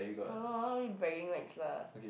no no not really bragging rights lah